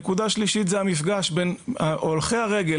נקודה שלישית זה המפגש בין הולכי הרגל,